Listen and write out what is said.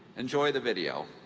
enjoy the video.